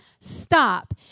Stop